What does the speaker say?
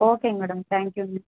ஓகேங்க madam thank you miss